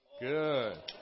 Good